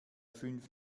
fünf